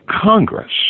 Congress